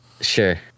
Sure